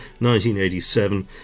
1987